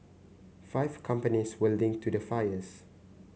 five companies were linked to the fires